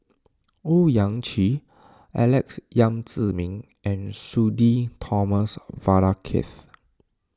Owyang Chi Alex Yam Ziming and Sudhir Thomas Vadaketh